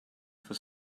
for